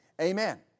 Amen